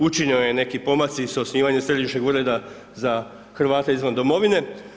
Učinjeni su neki pomaci s osnivanjem Središnjeg ureda za Hrvate izvan domovine.